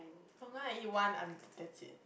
longan I eat one I'm that's it